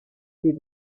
für